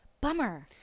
Bummer